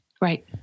Right